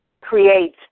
create